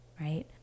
right